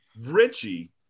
Richie